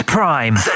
Prime